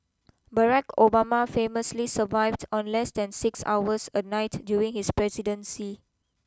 Barack Obama famously survived on less than six hours a night during his presidency